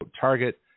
target